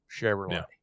Chevrolet